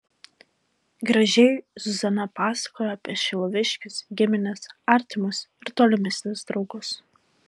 gražiai zuzana pasakojo apie šiluviškius gimines artimus ir tolimesnius draugus